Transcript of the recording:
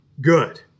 good